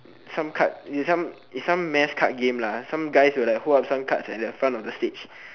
some card it's some it's some mass card game lah some guys will like hold up some cards at the front of the stage